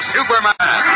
Superman